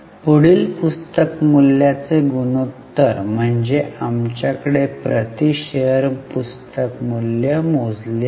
पुढील पुस्तक मूल्याचे गुणोत्तर म्हणजे आमच्याकडे प्रति शेअर पुस्तक मूल्य मोजले आहे